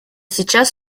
сейчас